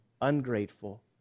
ungrateful